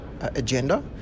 agenda